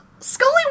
Scully